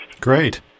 Great